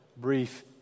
brief